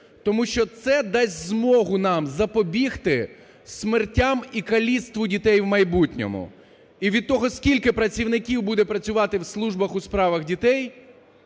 Тому що це дасть змогу нам запобігти смертям і каліцтву дітей в майбутньому. І від того, скільки працівників буде працювати в службах у справах дітей,